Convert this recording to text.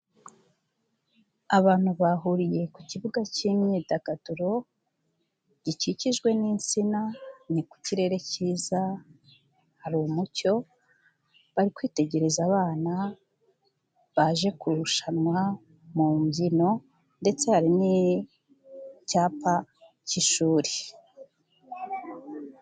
Abantu bahuriye ku kibuga cy'imyidagaduro, gikikijwe n'insina, ni ku kirere cyiza, hari umucyo, bari kwitegereza abana baje kurushanwa mu mbyino, ndetse hari n'icyapa cy'ishuri.